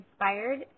inspired